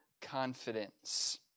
confidence